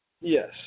Yes